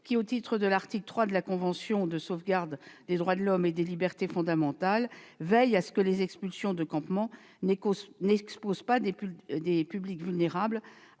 Au titre de l'article 3 de la Convention européenne de sauvegarde des droits de l'homme et des libertés fondamentales, la CEDH veille à ce que les expulsions de campement n'exposent pas des publics vulnérables